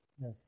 Yes